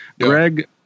Greg